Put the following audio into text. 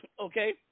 okay